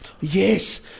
yes